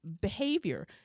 behavior